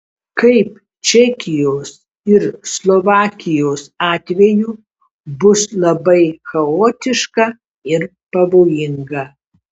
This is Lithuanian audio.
kaip čekijos ir slovakijos atveju bus labai chaotiška ir pavojinga